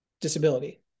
disability